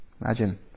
Imagine